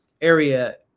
area